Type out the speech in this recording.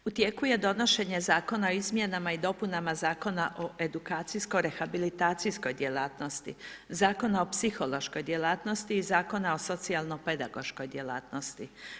U tijeku je donošenje zakona, o izmjenama i dopunama Zakona o eudkacijskoj rehabilitacijskoj djelatnosti, Zakona o psihološkoj djelatnosti i Zakona o socijalno pedagoškoj djelatnosti.